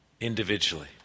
individually